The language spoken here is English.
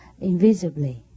invisibly